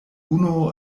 unu